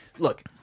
Look